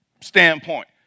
standpoint